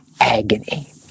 agony